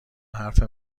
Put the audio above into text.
حرف